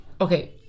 okay